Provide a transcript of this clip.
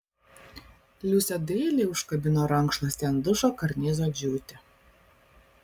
liusė dailiai užkabino rankšluostį ant dušo karnizo džiūti